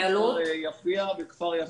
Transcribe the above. כן, כולל המקרה של יפיע וכפר יסיף.